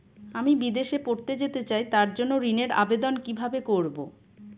আমি বিদেশে পড়তে যেতে চাই তার জন্য ঋণের আবেদন কিভাবে করব?